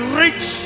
rich